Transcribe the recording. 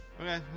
Okay